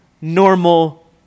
normal